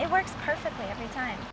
it works perfectly every time